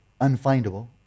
unfindable